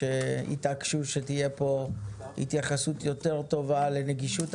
שהתעקשו שתהיה פה התייחסות יותר טובה לנגישות.